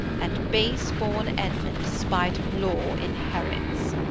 and base-born edmund spight of law inherits.